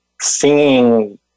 singing